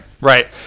right